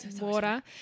water